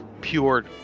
pure